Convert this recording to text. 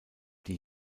die